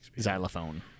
Xylophone